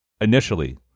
initially